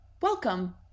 Welcome